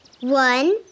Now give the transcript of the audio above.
One